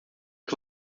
que